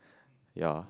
ya